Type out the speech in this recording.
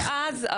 מאז,